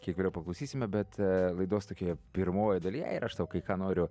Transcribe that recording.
kiek vėliau paklausysime bet laidos tokioje pirmojoj dalyje ir aš tau kai ką noriu